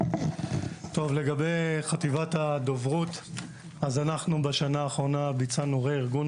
אנחנו בחטיבת הדוברות ביצענו בשנה האחרונה רה-ארגון,